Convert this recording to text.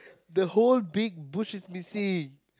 the whole big bush is missing